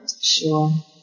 Sure